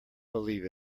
believe